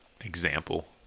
example